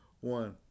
one